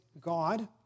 God